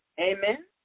Amen